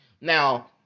Now